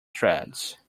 threads